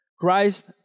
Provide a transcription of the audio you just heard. Christ